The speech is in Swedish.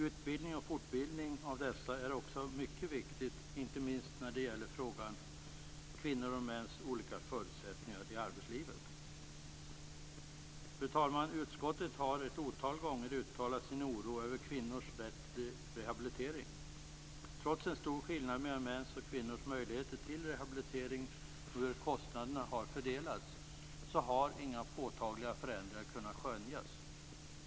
Utbildning och fortbildning av dessa är också mycket viktigt, inte minst när det gäller kvinnors och mäns olika förutsättningar i arbetslivet. Utskottet har ett otal gånger uttalat sin oro över kvinnors rätt till rehabilitering. Trots en stor skillnad mellan mäns och kvinnors möjligheter till rehabilitering och hur kostnaderna har fördelats har inga påtagliga förändringar kunnat skönjas.